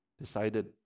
decided